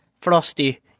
Frosty